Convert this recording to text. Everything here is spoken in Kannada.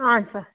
ಹಾಂ ಸರ್